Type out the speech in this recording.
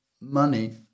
money